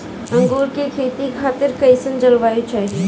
अंगूर के खेती खातिर कइसन जलवायु चाही?